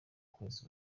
kwezi